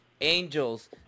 Angels